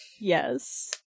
Yes